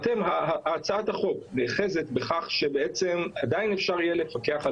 הצעת החוק נאחזת בכך שבעצם עדיין אפשר יהיה לפקח על